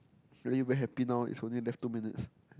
feeling very happy now is only left two minutes